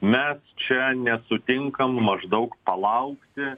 mes čia nesutinkam maždaug palaukti